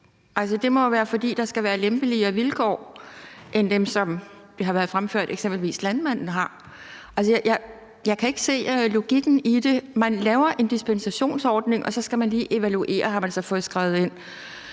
det må jo være, fordi der skal være lempeligere vilkår end dem, som det har været fremført at eksempelvis landmanden har. Jeg kan ikke se logikken i det. Man laver en dispensationsordning, og så skal der lige evalueres, har man så fået skrevet ind,